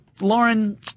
Lauren